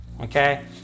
okay